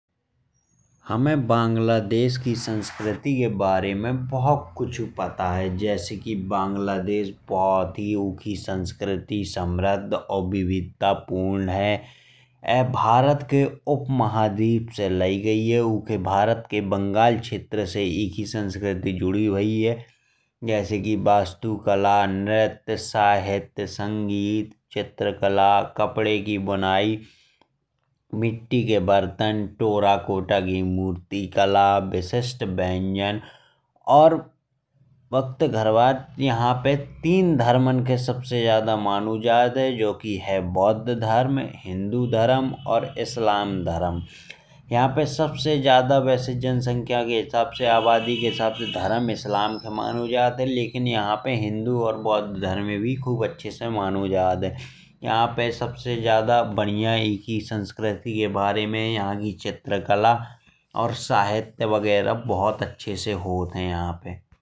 हमे बांग्लादेश की संस्कृति के बारे में बहुत कुछु पता है। जैसे कि बांग्लादेश बहुत ही उखी संस्कृति समृद्ध और विविधतापूर्ण है। यह भारत के उपमहाद्वीप से लाई गई है। और भारत के बंगल क्षेत्र से इखी संस्कृति जुड़ी भाई है। जैसे कि वास्तुकला, नृत्य, साहित्य, संगीत, चित्रकला। कपड़े की बुनाई, मिट्टी के बर्तन, टेराकोटा की मूर्तिकल, विशिष्टता व्यंजन। यहां पे तीन धर्मनं के सबसे ज्यादा मानो जात है जो कि है बौध धर्म। हिंदू धर्म और इस्लाम धर्म। यहां पे सबसे ज्यादा जनसंख्या आबादी के हिसाब से धर्म इस्लाम के मानो जात है। लेकिन यहां पे हिंदू और बौध धर्म भी खूब अच्छे से मानो जात है। यहां पे सबसे ज्यादा बढिया इखी संस्कृति के बारे में। यहां पे चित्रकला और साहित्य बगैरा होत है अच्छे से।